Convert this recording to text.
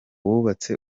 wubatse